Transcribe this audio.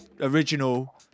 original